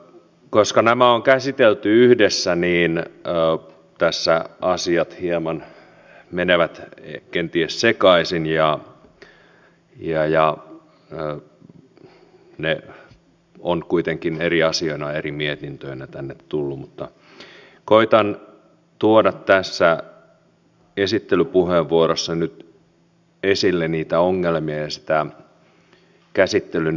koska nämä on käsitelty yhdessä niin tässä asiat hieman menevät kenties sekaisin ja ne ovat kuitenkin eri asioina ja eri mietintöinä tänne tulleet mutta koetan tuoda tässä esittelypuheenvuorossa nyt esille niitä ongelmia ja sitä käsittelyn monimutkaisuutta